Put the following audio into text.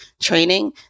training